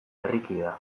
herrikidea